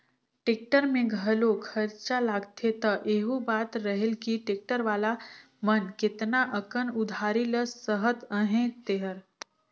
tractor में घलो खरचा लागथे त एहू बात रहेल कि टेक्टर वाला मन केतना अकन उधारी ल सहत अहें तेहर